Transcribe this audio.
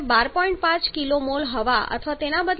5 kmol હવા અથવા તેના બદલે 12